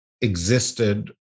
existed